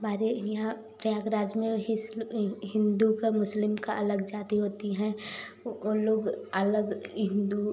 हमारे यहाँ प्रयागराज में हिस हिन्दू का मुस्लिम का अलग जाति होती हैं ओन लोग अलग हिन्दू